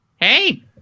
Hey